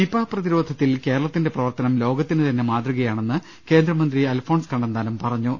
Nipah പ്രതിരോധത്തിൽ കേരളത്തിന്റെ പ്രവർത്തനം ലോക ത്തിന് തന്നെ മാതൃകയാണെന്ന് കേന്ദ്രമന്ത്രി അൽഫോൻസ് കണ്ണന്താനം പറഞ്ഞു